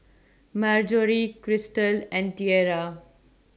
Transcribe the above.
Marjory Cristal and Tiera